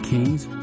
Kings